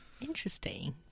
Interesting